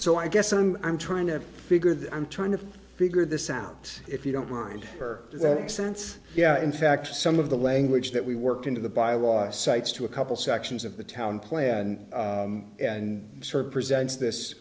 so i guess i'm i'm trying to figure that i'm trying to figure this out if you don't mind her since yeah in fact some of the language that we work into the bylaws cites to a couple sections of the town plan and sort of presents this